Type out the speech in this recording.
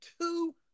two